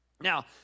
Now